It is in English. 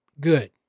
good